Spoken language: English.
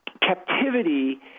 captivity